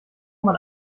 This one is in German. man